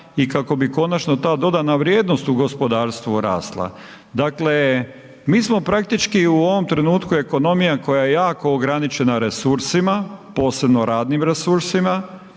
i kako bi konačno ta dodana vrijednost u gospodarstvu rasla. Dakle mi smo praktički u ovom trenutku, ekonomija koja je jako ograničena resursima, posebno radnim resursima